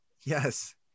Yes